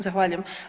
Zahvaljujem.